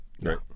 right